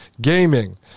gaming